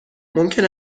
ممکن